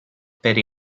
per